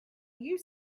you